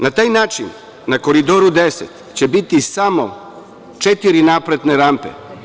Na taj način na Koridoru 10 će biti samo četiri naplatne rampe.